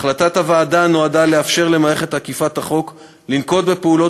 החלטת הוועדה נועדה לאפשר למערכת אכיפת החוק לנקוט פעולות